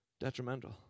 Detrimental